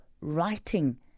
writing